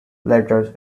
letters